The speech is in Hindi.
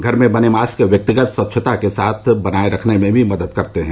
घर में बने मास्क व्यक्तिगत स्वच्छता बनाए रखने में भी मदद करते हैं